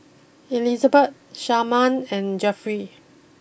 Elizabet Sharman and Jeffrey